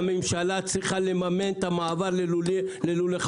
המודל של שני